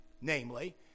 namely